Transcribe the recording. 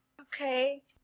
Okay